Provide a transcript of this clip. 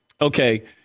Okay